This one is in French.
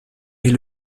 est